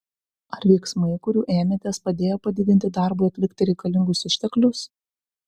ar veiksmai kurių ėmėtės padėjo padidinti darbui atlikti reikalingus išteklius